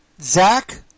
Zach